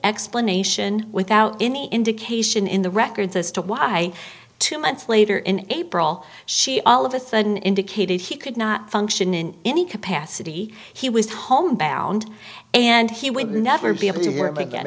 explanation without any indication in the records as to why two months later in april she all of a sudden indicated he could not function in any capacity he was homebound and he would never be able to